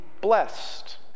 blessed